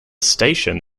station